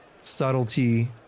subtlety